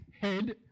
head